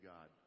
God